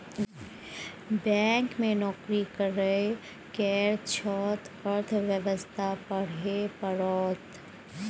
bank मे नौकरी करय केर छौ त अर्थव्यवस्था पढ़हे परतौ